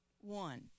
one